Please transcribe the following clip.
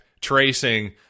tracing